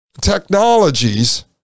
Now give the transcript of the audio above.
technologies